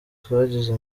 twagize